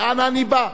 ואנה אני בא?